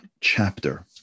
chapter